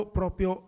proprio